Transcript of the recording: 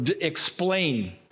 explain